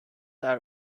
are